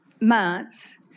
months